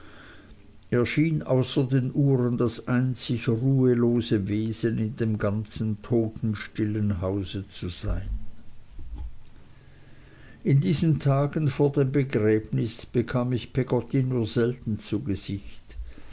schien außer den uhren das einzig ruhelose wesen in dem ganzen totenstillen haus zu sein in diesen tagen vor dem begräbnis bekam ich peggotty nur selten zu gesicht